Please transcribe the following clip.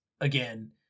again